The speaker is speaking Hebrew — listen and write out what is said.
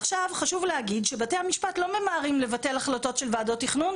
עכשיו חשוב להגיד שבתי המשפט לא ממהרים לבטל החלטות של ועדות תכנון,